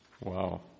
Wow